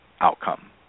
outcome